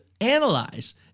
analyze